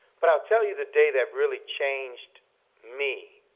but i'll tell you the day that really changed me,